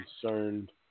concerned